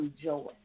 joy